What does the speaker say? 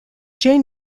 jane